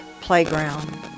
playground